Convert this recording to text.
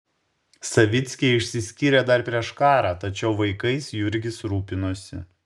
savickiai išsiskyrė dar prieš karą tačiau vaikais jurgis rūpinosi